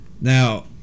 Now